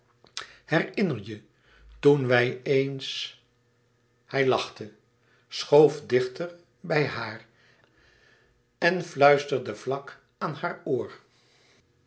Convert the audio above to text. herinner je toen wij eens ij lachte schoof dichter bij haar en fluisterde vlak aan haar oor